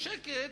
בשקט,